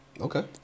Okay